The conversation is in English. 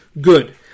Good